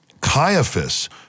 Caiaphas